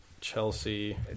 Chelsea